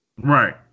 Right